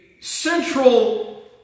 central